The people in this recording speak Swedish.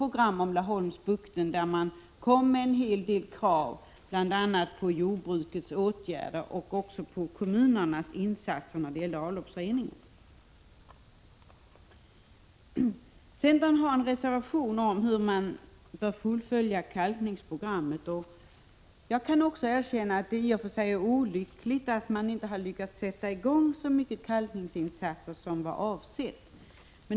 program om Laholmsbukten där man kom med en hel del krav på bl.a. åtgärder från jordbruket och insatser från kommunerna när det gäller avloppsreningen. Centern har en reservation om hur man bör fullfölja kalkningsprogrammet. Jag kan erkänna att det i och för sig är olyckligt att man inte har lyckats sätta i gång så stora kalkningsinsatser som var avsett.